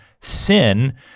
sin